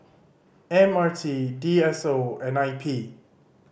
M R T D S O and I P